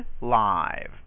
live